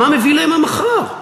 מה מביא להם המחר.